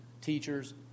teachers